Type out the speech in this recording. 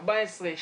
14,